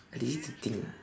I lazy to think ah